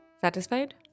Satisfied